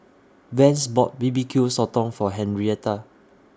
Vance bought B B Q Sotong For Henrietta